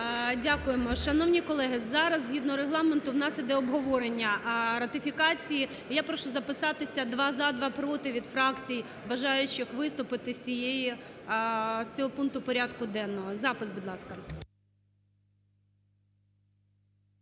Дякуємо. Шановні колеги, зараз, згідно Регламенту, в нас іде обговорення ратифікації. Я прошу записатися: два – "за", два – "проти" від фракцій бажаючих виступити з цієї... з цього пункту порядку денного. Запис, будь ласка.